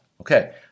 Okay